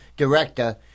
director